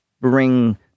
bring